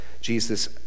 Jesus